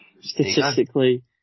Statistically